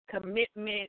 commitment